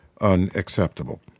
unacceptable